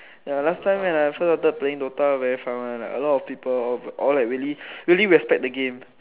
ya last time when I first started playing DOTA very fun [one] ah a lot people really really respect the game